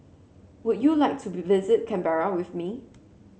would you like to visit Canberra with me